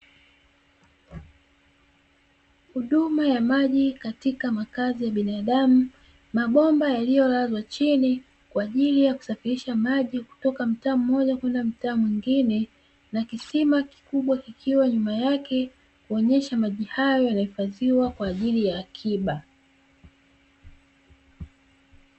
Huduma ya maji katika makazi ya binadamu; mabomba yaliyolazwa chini kwa ajili ya kusafirisha maji kutoka mtaa mmoja kwenda mtaa mwingine na kisima kikubwa kikiwa nyuma yake kuonyesha maji hayo yanahifadhiwa kwa ajili ya akiba.